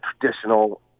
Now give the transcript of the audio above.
traditional